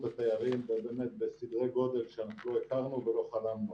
התיירים בסדרי גודל שאנחנו לא הכרנו ולא חלמנו.